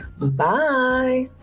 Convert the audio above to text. bye